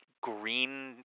green